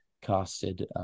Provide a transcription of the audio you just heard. casted